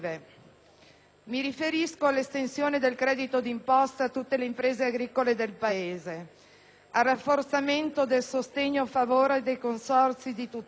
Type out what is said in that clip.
Mi riferisco all'estensione del credito d'imposta a tutte le imprese agricole del Paese, al rafforzamento del sostegno a favore dei consorzi di tutela,